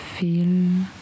Feel